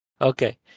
Okay